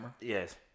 Yes